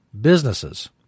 businesses